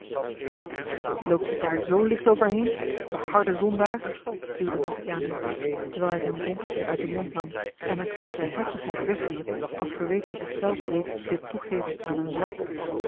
wat loop je daar z licht overheen verharde zondaar duwde bastiaan hem toe terwijl hij zijn bonkesje uit den mond nam en met zekere heftigheid weg wierp als verweet hij zich zelf reeds dit toegeven aan een zwak